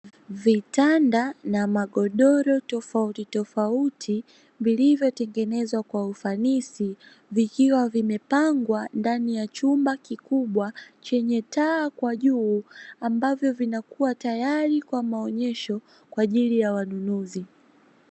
Vitanda na magodoro tofautitofauti vilivyotengenezwa kwa ufanisi, vikiwa vimepangwa ndani ya chumba kikubwa chenye taa kwa juu, ambavyo vinakuwa tayari kwa maonyesho kwa ajili ya wanunuzi.